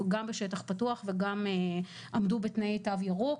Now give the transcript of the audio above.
גם בשטח פתוח וגם עמדו בתנאי תו ירוק.